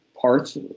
parts